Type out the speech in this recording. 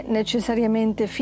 necessariamente